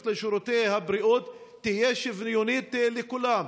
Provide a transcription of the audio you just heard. לשירותי הבריאות יהיו שוויוניות לכולם.